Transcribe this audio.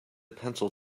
pencil